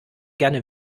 gerne